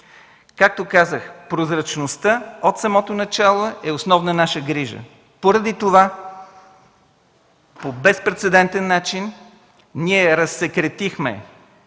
Както казах, прозрачността от самото начало е основна наша грижа. Поради това по безпрецедентен начин ние разсекретихме